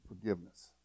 Forgiveness